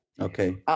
Okay